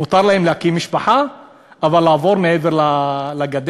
מותר להם להקים משפחה אבל לעבור מעבר לגדר?